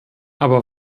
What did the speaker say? aber